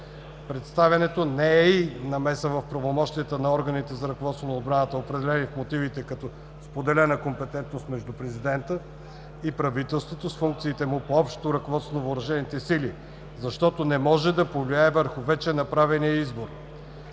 Представянето не е и намеса в правомощията на органите за ръководство на отбраната, определена в мотивите като споделена компетентност между президента като върховен главнокомандващ и правителството с функциите му по общото ръководство на въоръжените сили, защото не може да повлияе върху вече направения избор.